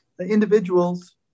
individuals